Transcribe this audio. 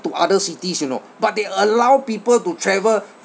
to other cities you know but they allow people to travel